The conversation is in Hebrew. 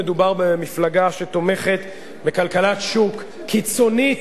מדובר במפלגה שתומכת בכלכלת שוק קיצונית,